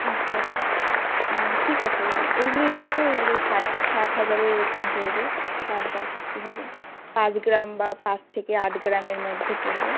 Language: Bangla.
আচ্ছা আচ্ছা ঠিক আছে এইগুলোই দেখো এইগুলো ষাট ষাট হাজারের এরকম পড়বে ষাট বাষট্টি হাজার পাঁচ গ্রাম বা পাঁচ থেকে আট গ্রামের মধ্যে পড়বে